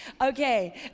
Okay